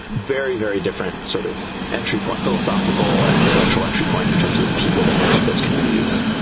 very, very different sort of entry point, philosophical and intellectual entry points in terms of the people that make up those communities.